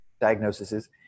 diagnoses